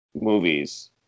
movies